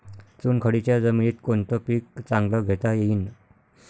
चुनखडीच्या जमीनीत कोनतं पीक चांगलं घेता येईन?